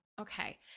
Okay